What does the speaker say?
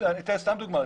אני אתן סתם דוגמה,